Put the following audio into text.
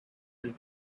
and